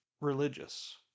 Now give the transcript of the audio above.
religious